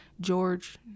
George